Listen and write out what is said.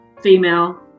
female